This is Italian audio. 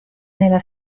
nella